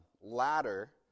ladder